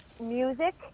music